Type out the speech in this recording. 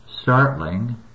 startling